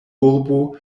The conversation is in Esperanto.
urbo